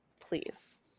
please